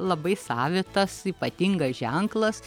labai savitas ypatingas ženklas